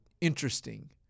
interesting